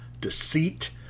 deceit